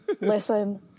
Listen